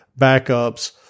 backups